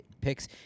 picks